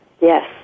Yes